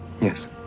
Yes